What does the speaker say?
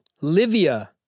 Livia